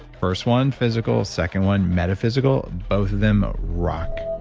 first one, physical, second, one metaphysical. both of them rock.